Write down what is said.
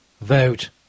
vote